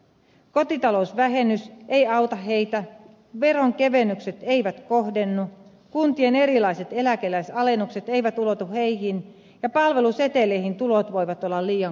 kotitalousvähennys ei auta heitä veronkevennykset eivät kohdennu kuntien erilaiset eläkeläisalennukset eivät ulotu heihin ja palveluseteleihin tulot voivat olla liian korkeat